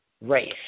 race